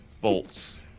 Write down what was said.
bolts